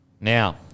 Now